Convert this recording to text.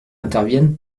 interviennent